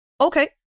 okay